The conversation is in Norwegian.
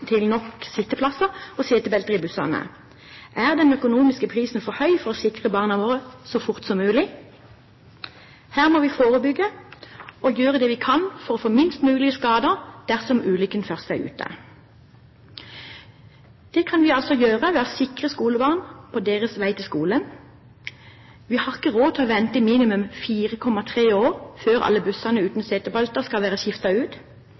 sitteplasser og setebelter i bussene. Er den økonomiske prisen for høy for å sikre barna våre så fort som mulig? Her må vi forebygge og gjøre det vi kan for å få minst mulig skader dersom ulykken først er ute. Det kan vi altså gjøre ved å sikre skolebarn på deres vei til skolen. Vi har ikke råd til å vente i minimum 4,3 år til alle bussene uten setebelter skal være skiftet ut.